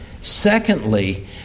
secondly